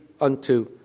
unto